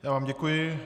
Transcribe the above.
Já vám děkuji.